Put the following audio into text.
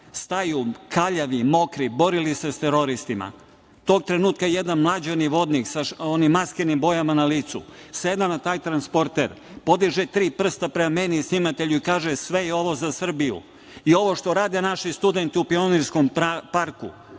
Staju kaljavi, mokri, borili se sa teroristima. Tog trenutka jedan mlađani vodnik sa onim maskirnim bojama na licu seda na taj transporter, podiže tri prsta prema meni i snimatelju i kaže – sve je ovo za Srbiju.I ovo što rade naši studenti u Pionirskom parku